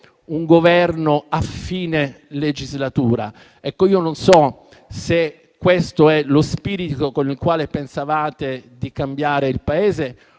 un Governo a fine legislatura. Io non so se questo sia lo spirito con il quale pensavate di cambiare il Paese